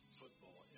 football